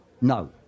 no